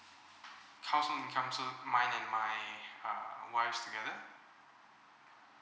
household income so mine and my err wife's together